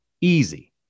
Easy